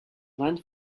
land